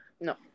No